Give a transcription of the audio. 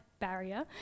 barrier